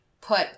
put